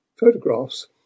photographs